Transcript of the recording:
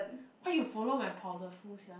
why you follow my powderful sia